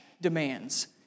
demands